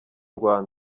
rwanda